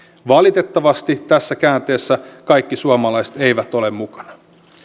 valitettavasti tässä käänteessä kaikki suomalaiset eivät ole mukana